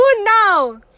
now